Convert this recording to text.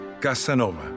Casanova